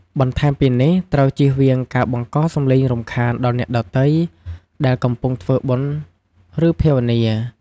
បន្ថែមពីនេះ ត្រូវចៀសវាងការបង្ករសំឡេងរំខានដល់អ្នកដទៃ ដែលកំពុងធ្វើបុណ្យ ឬភាវនា។